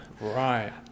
right